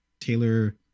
Taylor